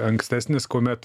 ankstesnis kuomet